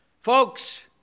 Folks